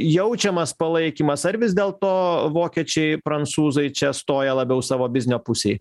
jaučiamas palaikymas ar vis dėlto vokiečiai prancūzai čia stoja labiau savo biznio pusėj